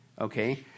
okay